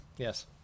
Yes